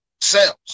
sales